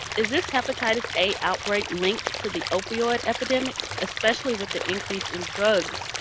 is this hepatitis a outbreak linked to the opioid epidemic? especially with the increase in drugs,